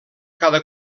cada